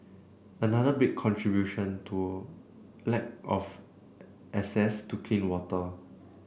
another big contribution to a lack of access to clean water